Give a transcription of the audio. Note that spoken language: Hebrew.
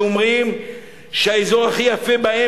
אומרים שהעמק הוא הכי יפה,